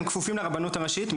הם כפופים למועצת הרבנות הראשית?